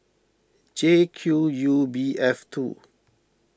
J Q U B F two